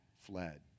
fled